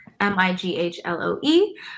M-I-G-H-L-O-E